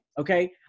okay